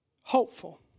hopeful